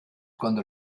cuando